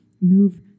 move